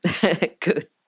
Good